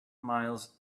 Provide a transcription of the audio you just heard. miles